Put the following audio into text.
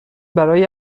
برای